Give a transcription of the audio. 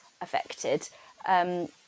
affected